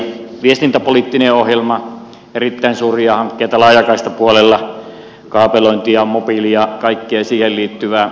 sähköisen median viestintäpoliittinen ohjelma erittäin suuria hankkeita laajakaistapuolella kaapelointia mobiilia kaikkea siihen liittyvää